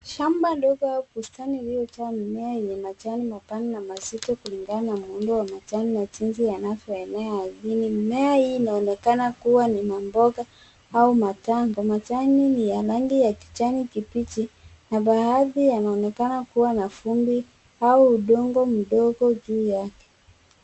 Hali ni shamba dogo lililo na mistari ya mimea iliyopangwa kwa utaratibu, na kati ya mistari hiyo kuna matuta yaliyoinuliwa kwa ajili ya kulimia. Mimea hiyo inaonekana kuwa miboga au matango. Matuta hayo yanafunikwa kwa plastiki nyeupe, huku pembeni kukionekana udongo mdogo au kifusi kidogo kilichotumika kufunika plastiki hiyo.